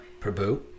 Prabhu